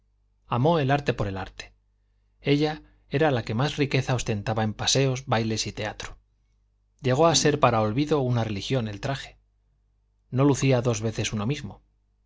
el arte por el arte ella era la que más riqueza ostentaba en paseos bailes y teatro llegó a ser para olvido una religión el traje no lucía dos veces uno mismo